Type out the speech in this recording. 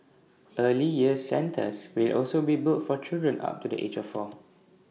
early years centres will also be built for children up to the age of four